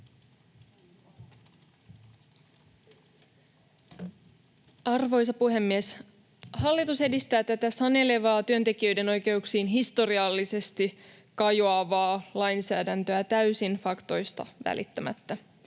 Arvoisa puhemies! Hallitus edistää tätä sanelevaa, työntekijöiden oikeuksiin historiallisesti kajoavaa lainsäädäntöä täysin faktoista välittämättä.